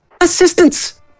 assistance